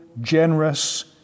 generous